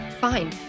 fine